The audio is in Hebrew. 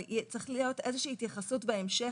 איזושהי התייחסות בהמשך,